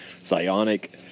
Psionic